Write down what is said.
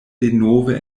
denove